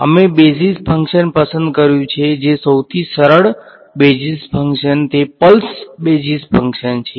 તેથી અમે basis function પસંદ કર્યું છે જે સૌથી સરળ બેઝિસ ફંક્શન્સ તે પલ્સ બેઝિસ ફંક્શન છે